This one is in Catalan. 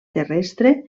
terrestre